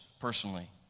personally